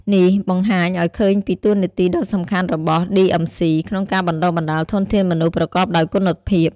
នេះបង្ហាញឱ្យឃើញពីតួនាទីដ៏សំខាន់របស់ ឌីអឹមស៊ី (DMC) ក្នុងការបណ្ដុះបណ្ដាលធនធានមនុស្សប្រកបដោយគុណភាព។